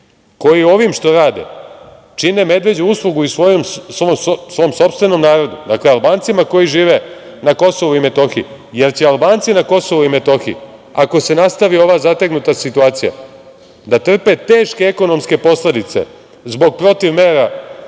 koji ovim što rade čine medveđu uslugu i svom sopstvenom narodu, Albancima koji žive na Kosovu i Metohiji, jer će Albanci na Kosovu i Metohiji, ako se nastavi ova zategnuta situacija, da trpe teške ekonomske posledice zbog protivmera